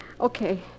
Okay